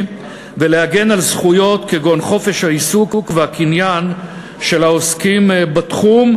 ולהגן על זכויות כגון חופש העיסוק והקניין של העוסקים בתחום,